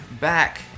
Back